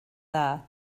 dda